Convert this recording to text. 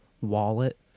wallet